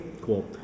Cool